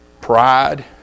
Pride